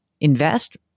Invest